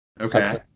Okay